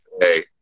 Hey